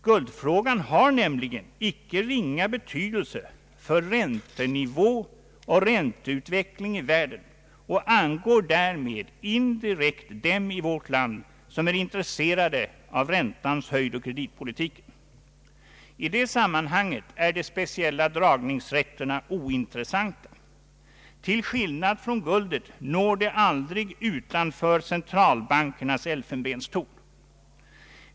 Guldfrågan har nämligen icke ringa betydelse för räntenivån och ränteutveckling i världen och angår därmed indirekt alla dem i vårt land som är intresserade av räntans höjd och kreditpolitiken. I det sammanhanget är de speciella dragningsrätterna ointressanta. = Till skillnad från guldet når de aldrig utanför centralbankernas elfenbenstorn.